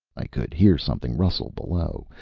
i could hear something rustle below,